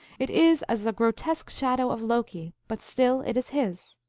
it is as a grotesque shadow of loki, but still it is his.